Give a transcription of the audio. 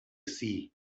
sie